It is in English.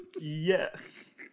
Yes